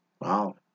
Wow